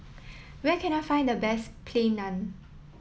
where can I find the best Plain Naan